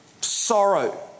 sorrow